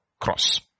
cross